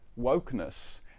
wokeness